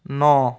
ন